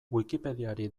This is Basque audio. wikipediari